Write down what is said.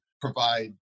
provide